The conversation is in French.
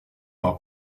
par